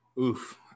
Oof